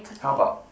how about